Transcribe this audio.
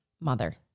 mother